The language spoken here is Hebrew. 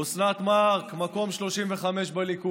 אוסנת מארק, מקום 35 בליכוד,